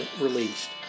released